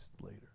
later